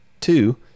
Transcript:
Two